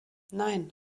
nein